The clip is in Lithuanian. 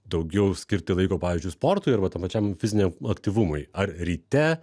daugiau skirti laiko pavyzdžiui sportui arba tam pačiam fiziniam aktyvumui ar ryte